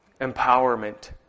empowerment